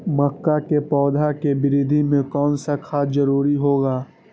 मक्का के पौधा के वृद्धि में कौन सा खाद जरूरी होगा?